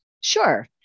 Sure